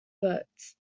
votes